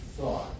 thought